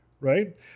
right